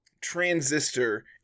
transistor